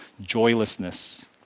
joylessness